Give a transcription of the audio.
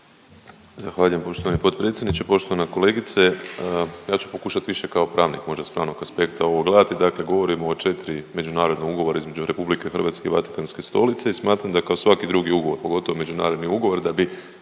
Zahvaljujem poštovani potpredsjedniče. Poštovana kolegice ja ću pokušati više kao pravnik možda s pravnog aspekta ovo gledati. Dakle, govorimo o 4 međunarodna ugovora između RH i Vatikanske Stolice i smatram da je kao svaki drugi ugovor, pogotovo međunarodni ugovor da bi